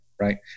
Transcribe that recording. right